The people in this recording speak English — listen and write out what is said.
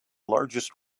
largest